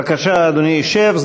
בבקשה, אדוני ישב.